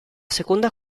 seconda